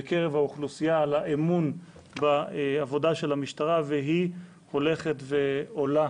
בקרב האוכלוסייה על האמון בעבודה של המשטרה והוא הולך ועולה,